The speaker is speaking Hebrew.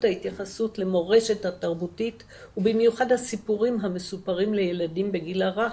ההתייחסות למורשת התרבותית ובמיוחד הסיפורים המסופרים לילדים בגיל הרך,